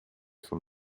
from